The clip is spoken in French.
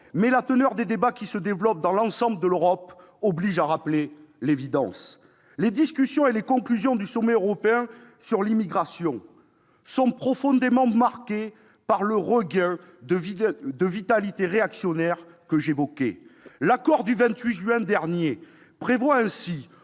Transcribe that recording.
mais la teneur des débats qui se développent dans l'ensemble de l'Europe oblige à rappeler l'évidence. Les discussions et les conclusions du sommet européen sur l'immigration sont profondément marquées par le regain de vitalité réactionnaire que j'évoquais. L'accord du 28 juin dernier prévoit ainsi,